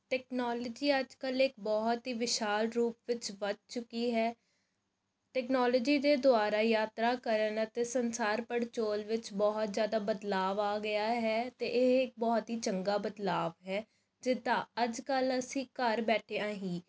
technology ਅੱਜ ਕੱਲ੍ਹ ਇੱਕ ਬਹੁਤ ਹੀ ਵਿਸ਼ਾਲ ਰੂਪ ਵਿੱਚ ਵੱਧ ਚੁੱਕੀ ਹੈ ਟੈਕਨੋਲੋਜੀ ਦੇ ਦੁਆਰਾ ਯਾਤਰਾ ਕਰਨ ਅਤੇ ਸੰਸਾਰ ਪੜਚੋਲ ਵਿੱਚ ਬਹੁਤ ਜ਼ਿਆਦਾ ਬਦਲਾਵ ਆ ਗਿਆ ਹੈ ਅਤੇ ਇਹ ਇੱਕ ਬਹੁਤ ਹੀ ਚੰਗਾ ਬਦਲਾਵ ਹੈ ਜਿੱਦਾਂ ਅੱਜ ਕੱਲ੍ਹ ਅਸੀਂ ਘਰ ਬੈਠਿਆਂ ਹੀ